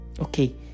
Okay